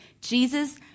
Jesus